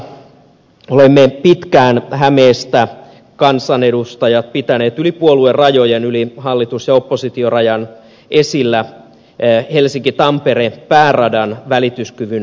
raideliikennehankkeista olemme pitkään kansanedustajat hämeestä pitäneet yli puoluerajojen yli hallitus ja oppositiorajan esillä helsinkitampere pääradan välityskyvyn parantamista